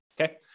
okay